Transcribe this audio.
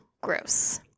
Gross